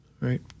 right